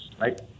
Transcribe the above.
right